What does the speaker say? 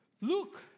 Look